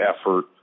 effort